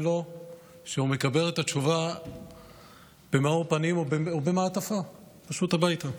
כשהוא מקבל את התשובה במאור פנים או במעטפה פשוט הביתה.